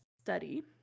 study